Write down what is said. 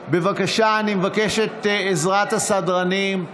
בבקשה, אני מבקש את עזרת הסדרנים.